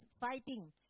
fighting